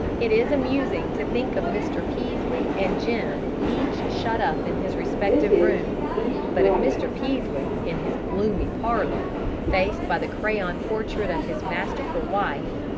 it is amusing to think of mr. peaslee and jim each shut up in his respective room but if mr. peaslee in his gloomy parlor faced by the crayon portrait of his masterful wife,